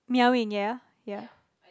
meowing yeah yeah